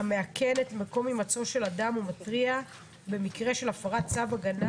המאכן את מקום הימצאו של אדם ומתריע במקרה של הפרת צו הגנה